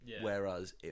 Whereas